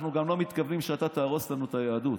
אנחנו גם לא מתכוונים שאתה תהרוס לנו את היהדות,